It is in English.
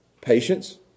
Patience